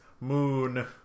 Moon